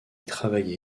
travaillait